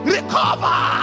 Recover